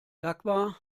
dagmar